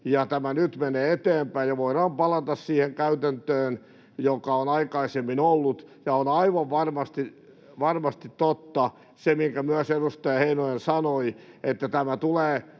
tämä nyt menee eteenpäin ja voidaan palata siihen käytäntöön, joka on aikaisemmin ollut. On aivan varmasti totta se, minkä myös edustaja Heinonen sanoi, että tämä tulee